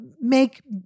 make